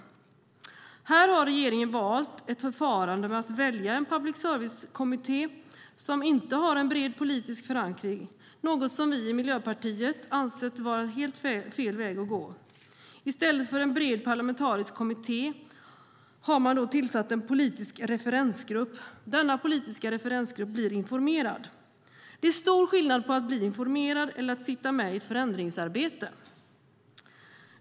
Regeringen har valt förfarandet att välja en public service-kommitté som inte har en bred politisk förankring, något som vi i Miljöpartiet ansett vara helt fel väg att gå. I stället för en bred parlamentarisk kommitté har man tillsatt en politisk referensgrupp. Denna politiska referensgrupp blir informerad. Det är stor skillnad på att bli informerad och att sitta med i ett förändringsarbete.